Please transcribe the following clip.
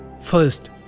First